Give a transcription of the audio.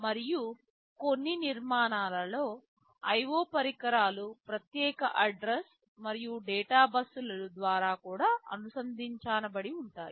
మరియు కొన్ని నిర్మాణాలలో IO పరికరాలు ప్రత్యేక అడ్రస్ మరియు డేటా బస్సుల ద్వారా కూడా అనుసంధానించబడి ఉంటాయి